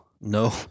No